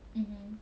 mmhmm